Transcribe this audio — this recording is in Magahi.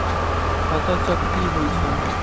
फसल चक्र की होई छै?